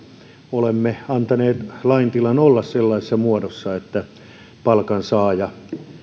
olemme antaneet laintilan olla sellaisessa muodossa että palkansaaja